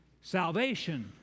salvation